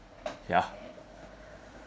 ya